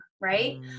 right